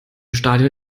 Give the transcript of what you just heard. stadion